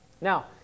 Now